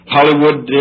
Hollywood